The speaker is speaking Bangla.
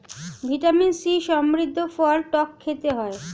ভিটামিন সি সমৃদ্ধ ফল টক খেতে হয়